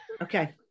Okay